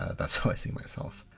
that's how i see myself.